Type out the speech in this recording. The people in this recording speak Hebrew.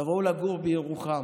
תבואו לגור בירוחם,